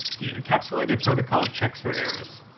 the encapsulated protocol checks for errors.